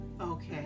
Okay